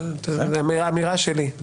אמירה שלי,